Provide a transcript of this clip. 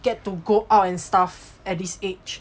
get to go out and stuff at his age